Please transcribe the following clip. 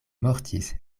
mortis